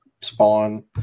spawn